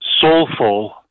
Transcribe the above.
soulful